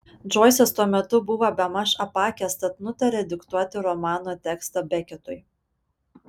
džoisas tuo metu buvo bemaž apakęs tad nutarė diktuoti romano tekstą beketui